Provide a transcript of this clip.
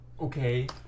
okay